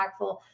impactful